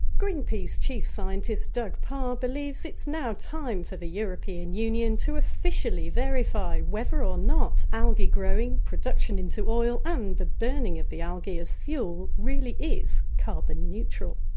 greenpeace chief scientist doug parr believes it's now time for the european union to officially verify whether or not algae growing, production into oil and the burning of the algae as fuel really is carbon neutral.